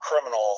Criminal